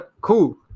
cool